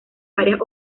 varias